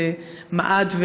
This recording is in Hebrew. מעד,